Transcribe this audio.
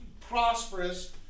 prosperous